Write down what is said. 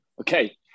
Okay